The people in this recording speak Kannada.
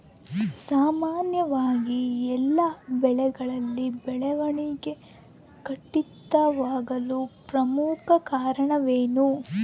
ಸಾಮಾನ್ಯವಾಗಿ ಎಲ್ಲ ಬೆಳೆಗಳಲ್ಲಿ ಬೆಳವಣಿಗೆ ಕುಂಠಿತವಾಗಲು ಪ್ರಮುಖ ಕಾರಣವೇನು?